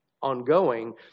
ongoing